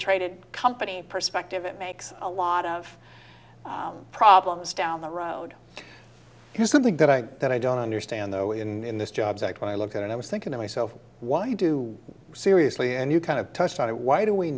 traded company perspective it makes a lot of problems down the road to something that i that i don't understand though in this jobs act when i look at it i was thinking to myself why do seriously and you kind of touched on it why do we